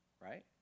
right